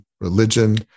religion